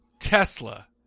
Tesla